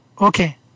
Okay